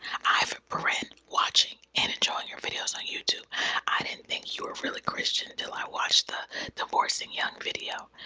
i've bren watching and enjoying your videos on youtube. i didn't think you were really christian till i watched the divorcing young video.